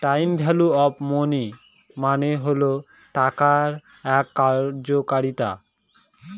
time value of money মানে হল টাকার এক কার্যকারিতা